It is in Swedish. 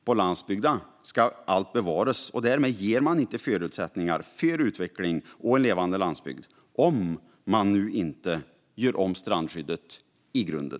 På landsbygden ska allt bevaras. Därmed ger man inte förutsättningar för utveckling och en levande landsbygd - om man nu inte gör om strandskyddet i grunden.